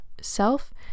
self